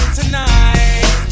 tonight